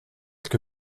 que